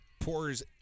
pours